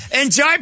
Enjoy